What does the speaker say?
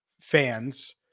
fans